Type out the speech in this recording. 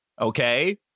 okay